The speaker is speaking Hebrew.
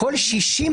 יש לי